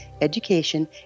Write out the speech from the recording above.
education